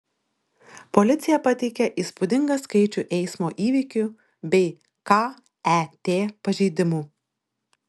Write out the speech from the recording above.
policija pateikė įspūdingą skaičių eismo įvykių bei ket pažeidimų